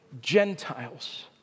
Gentiles